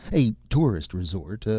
a tourist resort,